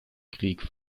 krieg